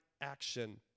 action